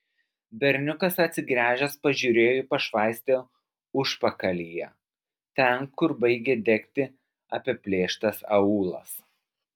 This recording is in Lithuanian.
berniukas atsigręžęs pažiūrėjo į pašvaistę užpakalyje ten kur baigė degti apiplėštas aūlas